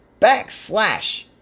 backslash